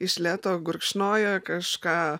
iš lėto gurkšnoja kažką